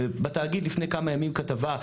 בתאגיד לפני כמה ימים כתבה,